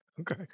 Okay